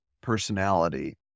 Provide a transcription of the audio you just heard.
personality